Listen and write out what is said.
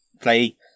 play